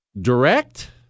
direct